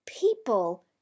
People